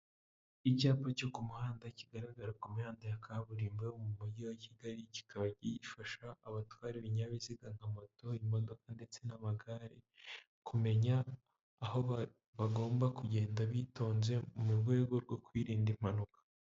Icyapa cyo ku muhanda kigaragara ku mihanda ya kaburimbo mu mugi wa kigali, kikaba gifasha abatwara ibinyabiziga nka moto, imodoka ndetse n'amagare, kumenya aho bagomba kugenda bitonze mu rwego rwo kwirinda impanuka.